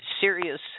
serious